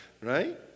Right